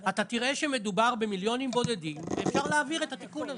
אתה תראה שמדובר במיליונים בודדים ואפשר להעביר את התיקון הזה.